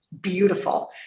beautiful